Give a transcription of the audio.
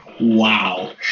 Wow